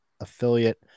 affiliate